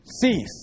cease